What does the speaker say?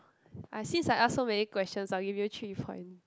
I since I ask so many questions I'll give you three point